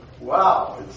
wow